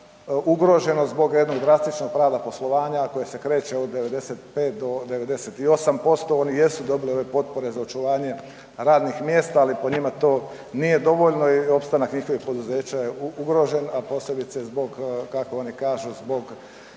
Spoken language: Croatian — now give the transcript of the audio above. ugroženo zbog jednog drastičnog pravila poslovanja koje se kreće od 95 do 98%. oni jesu dobili ove potpore za očuvanje radnih mjesta, ali po njima to nije dovoljno i opstanak njihovih poduzeća je ugrožen, a posebice zbog kako oni kažu zbog